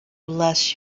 bless